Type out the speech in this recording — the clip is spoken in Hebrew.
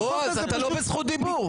בועז, אתה לא בזכות דיבור.